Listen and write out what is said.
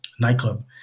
nightclub